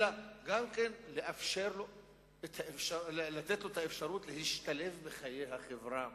אלא גם לתת לו את האפשרות להשתלב בחיי החברה.